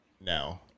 No